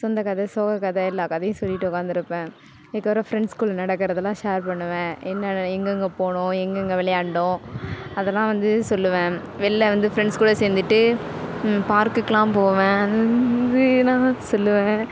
சொந்த கதை சோக கதை எல்லா கதையும் சொல்லிவிட்டு உட்காந்துருப்பேன் அதுக்கப்புறம் ஃப்ரெண்ட்ஸ்க்குள்ளே நடக்கிறதுல்லாம் ஷேர் பண்ணுவேன் என்னென்ன எங்கெங்கே போனோம் எங்கெங்கே விளையாண்டோம் அதெல்லாம் வந்து சொல்லுவேன் வெளில வந்து ஃப்ரெண்ட்ஸ் கூட சேர்ந்துட்டு பார்குக்கெலாம் போவேன் அதலாம் சொல்லுவேன்